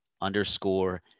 underscore